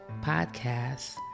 podcast